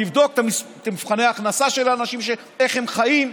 תבדוק את מבחני ההכנסה של האנשים, איך הם חיים,